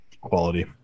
quality